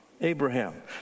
Abraham